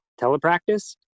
telepractice